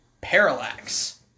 Parallax